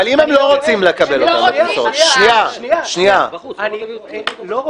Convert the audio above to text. אבל אם הם לא רוצים לקבל --- אני לא רואה